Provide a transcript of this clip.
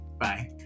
bye